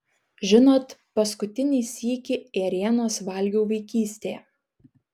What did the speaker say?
žinot paskutinį sykį ėrienos valgiau vaikystėje